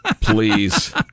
Please